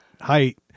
height